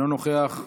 אינו נוכח,